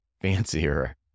fancier